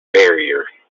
barrier